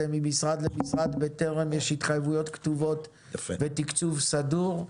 ממשרד למשרד בטרם יש התחייבות כתובות ותקצוב סדור.